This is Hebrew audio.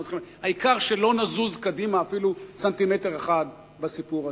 העיקר שלא נזוז קדימה אפילו סנטימטר אחד בסיפור הזה.